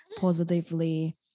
positively